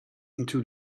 into